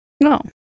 No